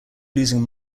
losing